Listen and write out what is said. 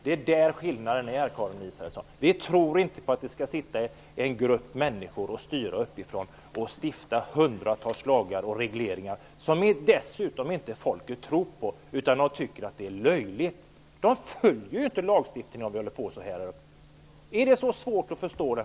Det är där skillnaden är, Karin Israelsson. Vi tror inte på att det skall sitta en grupp människor och styra uppifrån, stifta hundratals lagar och regleringar som folk dessutom inte tror på utan tycker att det är löjligt. De följer inte lagarna. Är det så svårt att förstå det?